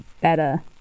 better